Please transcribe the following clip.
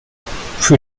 für